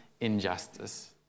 injustice